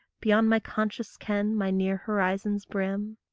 beyond my conscious ken, my near horizon's brim?